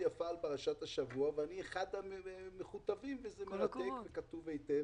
פרשת השבוע ואני אחד המכותבים וזה מרתק כי זה כתוב היטב.